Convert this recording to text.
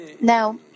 Now